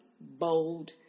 bold